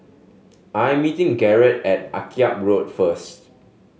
I am meeting Garett at Akyab Road first